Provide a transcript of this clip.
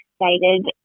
excited